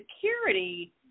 security